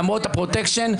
למרות הפרוטקשן,